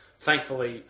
thankfully